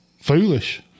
foolish